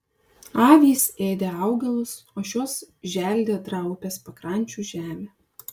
avys ėdė augalus o šiuos želdė draa upės pakrančių žemė